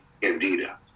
Candida